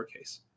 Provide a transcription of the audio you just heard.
lowercase